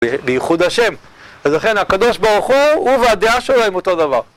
ליחוד השם אז לכן הקדוש ברוך הוא והדעה שלו הם אותו דבר